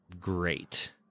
great